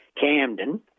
Camden